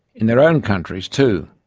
in their own countries too,